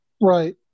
Right